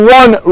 one